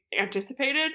anticipated